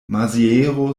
maziero